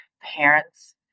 parents